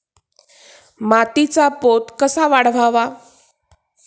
मातीचा पोत कसा वाढवावा?